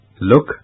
Look